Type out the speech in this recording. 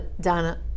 Donna